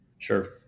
Sure